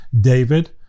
David